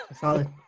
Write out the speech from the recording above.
Solid